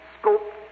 scope